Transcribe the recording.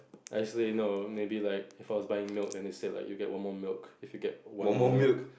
nicely no maybe like for buying milk and you say like you get one more milk if get one more milk